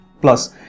plus